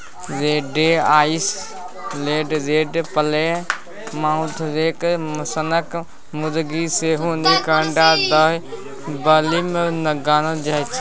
रोडे Island Red, Plymouth Rock सनक मुरगी सेहो नीक अंडा दय बालीमे गानल जाइ छै